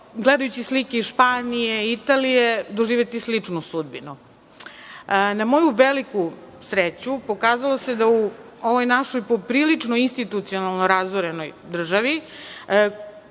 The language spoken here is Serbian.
gledajući slike iz Španije, Italije, doživeti sličnu sudbinu. Na moju veliku sreću, pokazalo se da u ovoj našoj poprilično institucionalnoj razorenoj državi,